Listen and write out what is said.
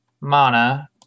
Mana